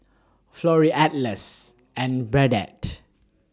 Florrie Atlas and Burdette